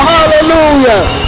Hallelujah